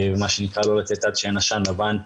לא לצאת עד שאין עשן לבן,